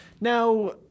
now